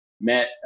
met